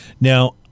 Now